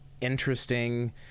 interesting